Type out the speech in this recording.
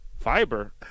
Fiber